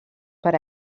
per